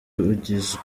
ugizwe